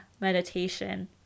meditation